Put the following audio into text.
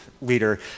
leader